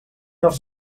els